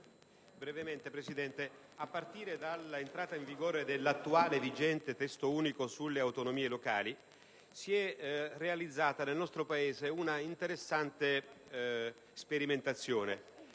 a partire dall'entrata in vigore dell'attuale Testo unico sulle autonomie locali si è realizzata nel nostro Paese una interessante sperimentazione.